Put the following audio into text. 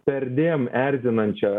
perdėm erzinančia